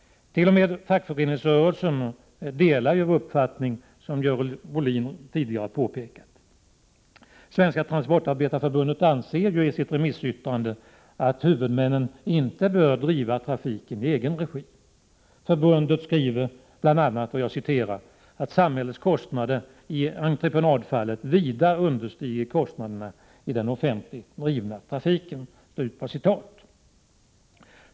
T. o. m. inom fackföreningsrörelsen delar man vår uppfattning, som Görel Bohlin tidigare har påpekat. Svenska transportarbetareförbundet säger i sitt remissyttrande att huvudmännen inte bör driva trafiken i egen regi. Förbundet skriver bl.a. att ”samhällets kostnader i entreprenadfallet vida understiger kostnaderna i den offentligt drivna trafiken”.